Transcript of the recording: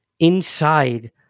inside